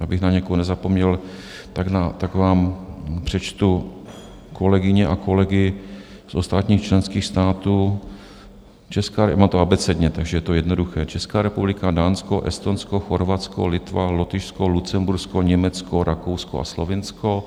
Abych na někoho nezapomněl, tak vám přečtu kolegyně a kolegy z ostatních členských států, a to abecedně, takže je to jednoduché: Česká republika, Dánsko, Estonsko, Chorvatsko, Litva, Lotyšsko, Lucembursko, Německo, Rakousko a Slovinsko.